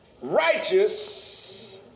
righteous